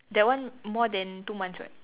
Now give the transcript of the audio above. that one more than two months [what]